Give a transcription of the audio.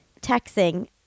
texting